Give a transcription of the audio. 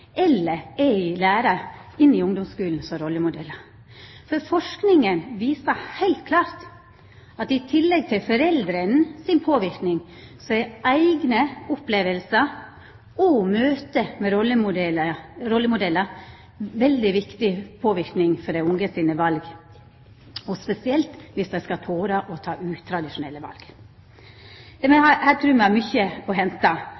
eller er i lære, inn i ungdomsskulen som rollemodellar. Forskinga viser heilt klart at i tillegg til foreldras påverknad er eigne opplevingar og møte med rollemodellar viktig påverknad for dei unges val, og spesielt om dei skal tora å ta utradisjonelle val. Her trur me at me har mykje å henta.